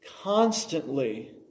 constantly